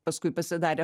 paskui pasidarė